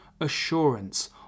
assurance